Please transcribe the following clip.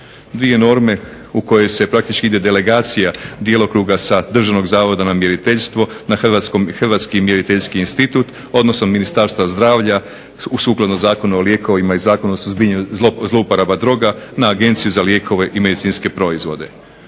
Dvije norme u koje se praktički ide delegacija djelokruga sa Državnog zavoda za mjeriteljstvo na Hrvatski mjeriteljski institut, odnosno Ministarstva zdravlja sukladno Zakonu o lijekovima i Zakonu o suzbijanju zlouporaba droga na Agenciju za lijekove i medicinske proizvode.